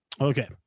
Okay